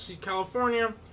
California